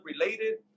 related